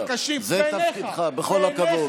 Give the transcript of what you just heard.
זה תפקידך, בכל הכבוד.